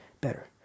better